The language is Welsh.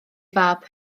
fab